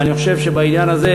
ואני חושב שבעניין הזה